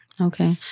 Okay